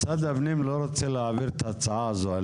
משרד הפנים לא רוצה להעביר את ההצעה הזאת.